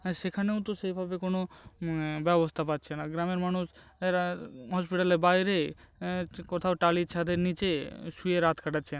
হ্যাঁ সেখানেও তো সেইভাবে কোনো ব্যবস্থা পাচ্ছে না গ্রামের মানুষ এরা হসপিটালের বাইরে কোথাও টালির ছাদের নিচে শুয়ে রাত কাটাচ্ছেন